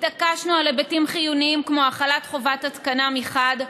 התעקשנו על היבטים חיוניים כמו החלת חובת התקנה מחד,